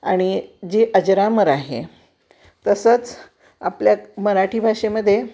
आणि जे अजरामर आहे तसंच आपल्या मराठी भाषेमध्ये